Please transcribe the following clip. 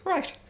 Right